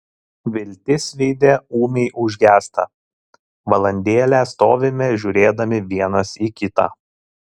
viltis veide ūmiai užgęsta valandėlę stovime žiūrėdami vienas į kitą